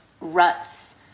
ruts